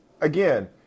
again